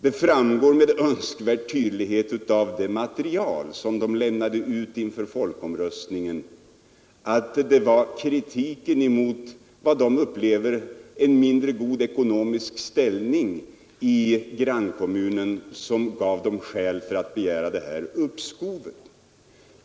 Det framgår med önskvärd tydlighet av det material kommunen lämnade ut inför folkomröstningen, att det var kritiken mot vad kommunen upplevde som en mindre god ekonomisk ställning i grannkommunen som gav kommunen skäl att begära detta uppskov.